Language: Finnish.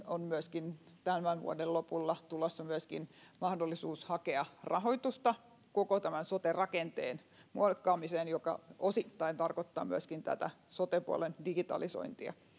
on myöskin tämän vuoden lopulla tulossa mahdollisuus hakea rahoitusta koko tämän sote rakenteen muokkaamiseen joka osittain tarkoittaa myöskin tätä sote puolen digitalisointia